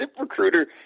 Recruiter